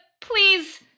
please